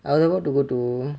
I was about to go to